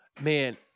man